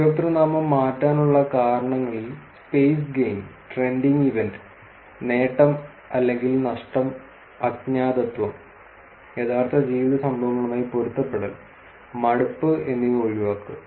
ഉപയോക്തൃനാമം മാറ്റാനുള്ള കാരണങ്ങളിൽ സ്പെയ്സ് ഗെയിൻ ട്രെൻഡിംഗ് ഇവന്റ് നേട്ടം അല്ലെങ്കിൽ നഷ്ടം അജ്ഞാതത്വം യഥാർത്ഥ ജീവിത സംഭവങ്ങളുമായി പൊരുത്തപ്പെടൽ മടുപ്പ് എന്നിവ ഒഴിവാക്കുക